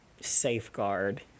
safeguard